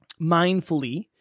mindfully